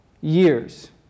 years